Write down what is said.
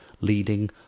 Leading